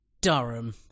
Durham